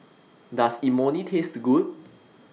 Does Imoni Taste Good